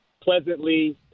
pleasantly